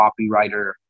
copywriter